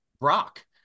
Brock